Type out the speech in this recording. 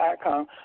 icon